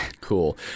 Cool